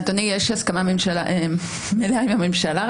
אדוני, יש הסכמה מלאה עם הממשלה.